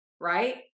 right